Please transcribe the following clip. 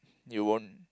you won't